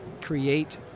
create